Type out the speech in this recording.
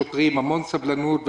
שוטרים, המון סבלנות.